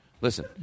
Listen